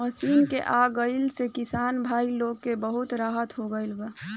machine के आ गईला से किसान भाई लोग के त बहुत राहत हो गईल बा